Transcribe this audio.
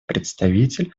представитель